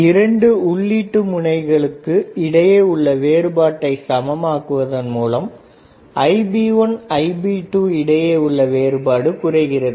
இரண்டு உள்ளீட்டு முனைகளுக்கு இடையே உள்ள வேறுபாட்டை சமமாக்குவதன் மூலம் Ib1 Ib2க்கு இடையே உள்ள வேறுபாடு குறைகிறது